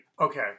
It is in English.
Okay